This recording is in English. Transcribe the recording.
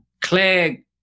Claire